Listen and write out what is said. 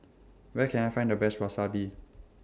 Where Can I Find The Best Wasabi